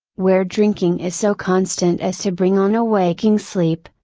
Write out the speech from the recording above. where drinking is so constant as to bring on a waking sleep,